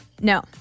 No